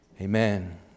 Amen